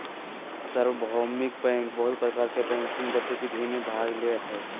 सार्वभौमिक बैंक बहुत प्रकार के बैंकिंग गतिविधि में भाग ले हइ